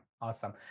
awesome